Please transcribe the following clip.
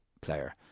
player